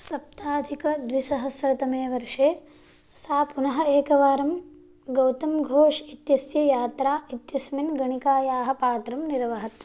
सप्ताधिकद्विसहस्रतमे वर्षे सा पुनः एकवारं गौतम् घोष् इत्यस्य यात्रा इत्यस्मिन् गणिकायाः पात्रं निर्वहत्